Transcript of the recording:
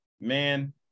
man